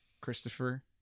Christopher